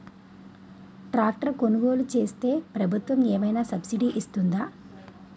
Tractor కొనుగోలు చేస్తే ప్రభుత్వం ఏమైనా సబ్సిడీ ఇస్తుందా?